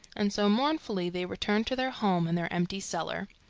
and so mournfully they returned to their home and their empty cellar.